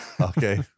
okay